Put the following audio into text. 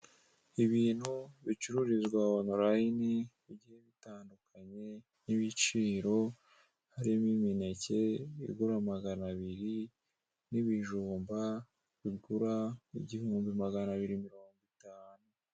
Ibintu bicururizwa onolayini bigiye bitandukanye n'ibiciro harimo imineke igura magana abiri, n'ibijumba bigura igihumbi magana abiri mirongo itanu.